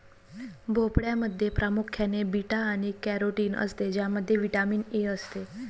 भोपळ्यामध्ये प्रामुख्याने बीटा आणि कॅरोटीन असते ज्यामध्ये व्हिटॅमिन ए असते